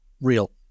real